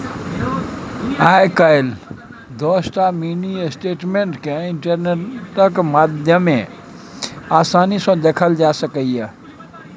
आइ काल्हि दसटा mini statement केँ इंटरनेटक माध्यमे आसानी सँ देखल जा सकैए